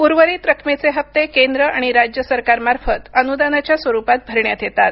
उर्वरित रकमेचे हप्ते केंद्र आणि राज्य सरकाररमार्फत अनुदानाच्या स्वरुपात भरण्यात येतात